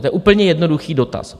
To je úplně jednoduchý dotaz.